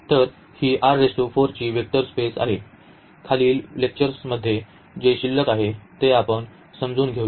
तर ही ची वेक्टर स्पेस आहे खालील लेक्चर्समध्ये जे शिल्लक आहे ते आपण समजून घेऊया